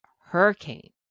hurricane